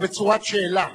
אבל בצורת שאלה.